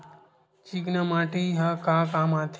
चिकना माटी ह का काम आथे?